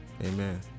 Amen